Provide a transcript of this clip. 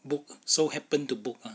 book so happen to book ah